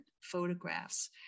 photographs